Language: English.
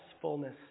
fullness